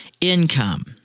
income